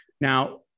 now